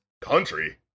Country